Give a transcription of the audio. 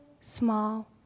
small